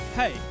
Hey